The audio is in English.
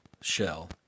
shell